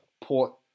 Port